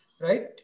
Right